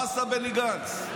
מה עשה בני גנץ,